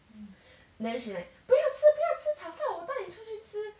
then she like 不要吃不要吃炒饭我带你出去吃